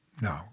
No